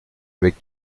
avec